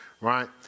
right